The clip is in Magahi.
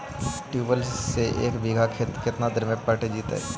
ट्यूबवेल से एक बिघा खेत केतना देर में पटैबए जितै?